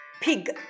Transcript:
pig